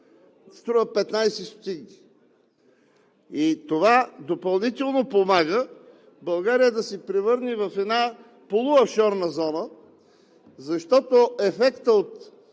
струва 15 стотинки. Това допълнително помага България да се превърне в една полуофшорна зона, защото ефектът от